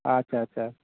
ᱟᱪᱷᱟ ᱟᱪᱷᱟ